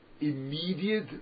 immediate